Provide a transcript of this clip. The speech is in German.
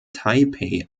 taipeh